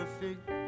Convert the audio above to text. perfect